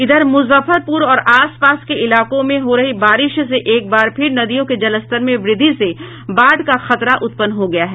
इधर मुजफ्फरपुर और आस पास के इलाकों में हो रही बारिश से एक बार फिर नदियों के जलस्तर में वृद्धि से बाढ़ का खतरा उत्पन्न हो गया है